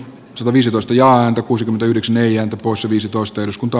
sivu viisitoista ja anto kuusikymmentäyhdeksän eija osa viisitoista eduskunta